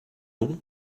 long